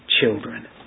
children